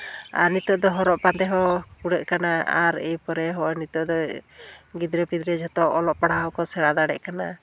ᱟᱨ ᱱᱤᱛᱚᱜ ᱫᱚ ᱦᱚᱨᱚᱜ ᱵᱟᱸᱫᱮ ᱦᱚᱸ ᱠᱩᱲᱟᱹᱜ ᱠᱟᱱᱟ ᱟᱨ ᱮᱭ ᱠᱚᱨᱮ ᱦᱚᱲ ᱱᱤᱛᱚᱜ ᱫᱚ ᱜᱤᱫᱽᱨᱟᱹ ᱯᱤᱫᱽᱨᱟᱹ ᱡᱚᱛᱚ ᱚᱞᱚᱜ ᱯᱟᱲᱦᱟᱜ ᱠᱚ ᱥᱮᱬᱟ ᱫᱟᱲᱮᱭᱟᱜ ᱠᱟᱱᱟ